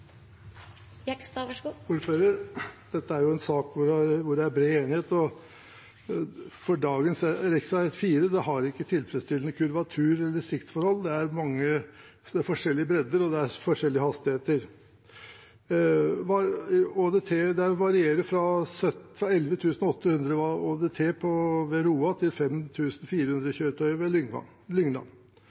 en sak hvor det er bred enighet, for dagens rv. 4 har ikke tilfredsstillende kurvatur eller siktforhold. Det er mange forskjellige bredder, det er forskjellige hastigheter, og ÅDT der varierer fra 11 800 ved Roa til 5 400 kjøretøy ved Lygna. Andelen tunge kjøretøy har vært på om lag 11 pst. Etter at bompengeinnkreving på strekningen Lunner grense–Jaren og Lygna